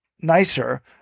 nicer